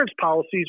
policies